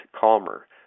calmer